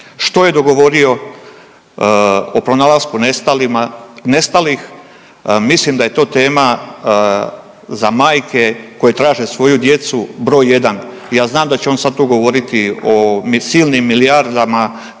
Što je dogovorio o pronalasku nestalima, nestalih. Mislim da je to tema za majke koje traže svoju djecu broj jedan. Ja znam da će on sad tu govoriti o micilnim milijardama